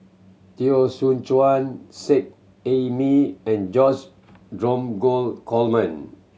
Teo Soon Chuan Seet Ai Mee and George Dromgold Coleman